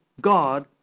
God